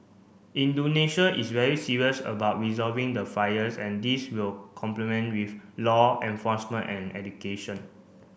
Indonesia is very serious about resolving the fires and this will complement with law enforcement and education